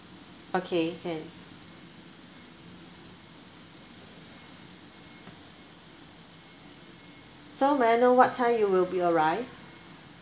okay can so may I know what time you will be arrive